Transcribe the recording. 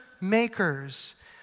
makers